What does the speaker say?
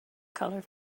color